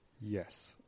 yes